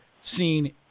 seen